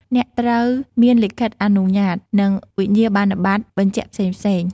អ្នកត្រូវមានលិខិតអនុញ្ញាត និងវិញ្ញាបនបត្របញ្ជាក់ផ្សេងៗ។